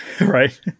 right